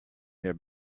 their